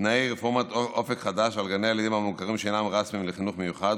תנאי רפורמת אופק חדש על גני הילדים המוכרים שאינם רשמיים לחינוך מיוחד,